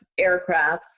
aircrafts